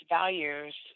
values